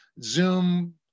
Zoom